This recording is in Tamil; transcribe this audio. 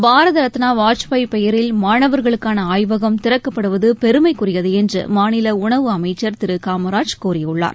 பாரத ரத்னா வாஜ்பாய் பெயரில் மாணவர்களுக்கான ஆய்வகம் திறக்கப்படுவது பெருமைக்குரியது என்று மாநில உணவு அமைச்சர் திரு காமராஜ் கூறியுள்ளார்